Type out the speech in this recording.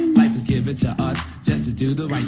life is given to us just to do the like